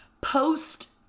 post